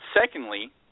Secondly